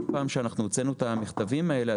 כל פעם שהוצאנו את המכתבים האלה,